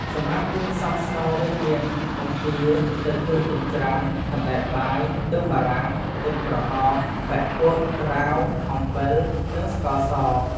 សម្រាប់គ្រឿងផ្សំស្នូលវិញមាន បង្គា សាច់ជ្រូកចិញ្ច្រាំ សណ្តែកបាយ ខ្ទឹមបារាំង ខ្ទឹមក្រហម បុិកួៈ ត្រាវ អំបិល និងស្ករស។